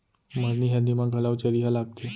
मरनी हरनी म घलौ चरिहा लागथे